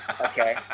Okay